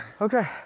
Okay